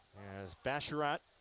is basher out